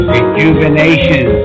Rejuvenation